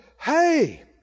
hey